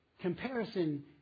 Comparison